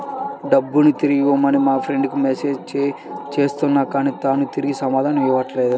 డబ్బుని తిరిగివ్వమని మా ఫ్రెండ్ కి మెసేజ్ చేస్తున్నా కానీ తాను తిరిగి సమాధానం ఇవ్వట్లేదు